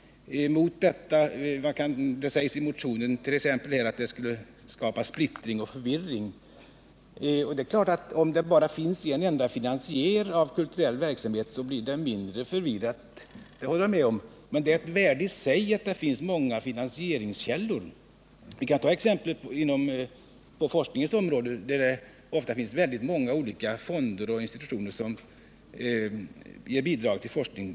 Det sägs t.ex. i motionen att det skulle skapa splittring och förvirring, och det är klart att om det bara finns en enda finansiär av kulturell verksamhet, blir det mindre förvirrat — det håller jag med om — men att det finns många finansieringskällor är ju ett värde i sig. Man kan som exempel ta forskningens område, där det finns väldigt många olika fonder och institutioner som ger bidrag till forskning.